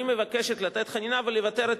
אני מבקשת לתת חנינה ולבטל את